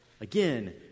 Again